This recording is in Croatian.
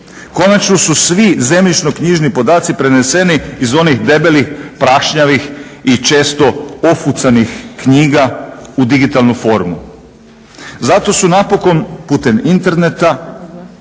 Konačno su svi zemljišno-knjižni podaci preneseni iz onih debelih, prašnjavih i često ofucanih knjiga u digitalnu formu. Zato su napokon putem interneta